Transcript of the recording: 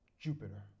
Jupiter